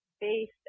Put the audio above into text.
based